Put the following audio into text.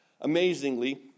Amazingly